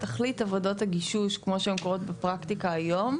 תכלית עבודות הגישוש כמו שהן קורות בפרקטיקה היום,